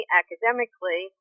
academically